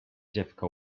dziewka